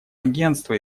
агентство